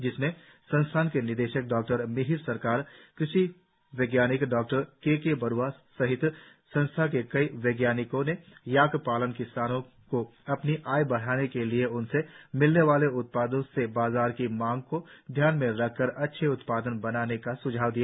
जिसमें संस्थान के निदेशक डॉ मिहिर सरकार कृषि वैज्ञानिक डॉ के के बरुआ सहित संस्थान के कई वैज्ञानिकों ने याक पालक किसानों को अपनी आय बढ़ाने के लिए उनसे मिलने वाले उत्पादों से बाजार की मांग को ध्यान में रखकर अच्छे उत्पाद बनाने का स्झाव दिया